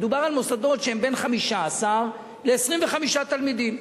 מדובר על מוסדות שהם בין 15 ל-20 תלמידים.